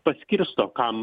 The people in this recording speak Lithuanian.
paskirsto kam